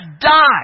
die